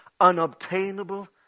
unobtainable